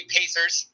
Pacers